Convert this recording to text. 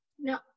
No